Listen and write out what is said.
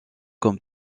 comme